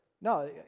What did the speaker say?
No